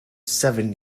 seven